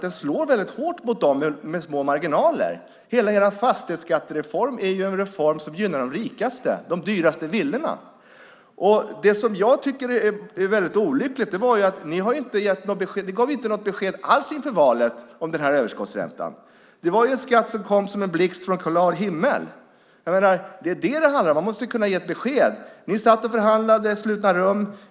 Den slår väldigt hårt mot dem med små marginaler. Hela er fastighetsskattereform är ju en reform som gynnar de rikaste, dem med de dyraste villorna. Jag tycker att det är väldigt olyckligt att ni inte gav något som helst besked om den här överskottsräntan inför valet. Det är en skatt som kom som en blixt från klar himmel. Man måste kunna ge ett besked. Ni satt och förhandlade i slutna rum.